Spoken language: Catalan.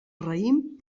raïm